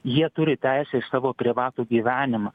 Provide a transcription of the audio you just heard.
jie turi teisę į savo privatų gyvenimą